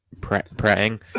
praying